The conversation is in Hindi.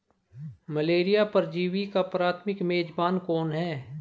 मलेरिया परजीवी का प्राथमिक मेजबान कौन है?